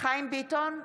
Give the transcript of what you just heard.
חיים ביטון,